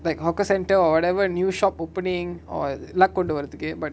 like hawker centre or whatever new shop opening or luck கொண்டு வாரத்துக்கு:kondu vaarathuku but